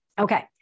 okay